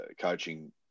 coaching